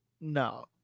No